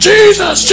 Jesus